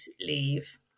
leave